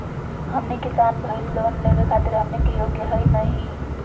हमनी किसान भईल, लोन लेवे खातीर हमनी के योग्य हई नहीं?